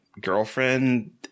girlfriend-